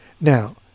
Now